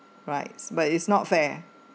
rights but it's not fair